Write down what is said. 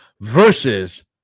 Versus